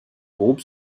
groupe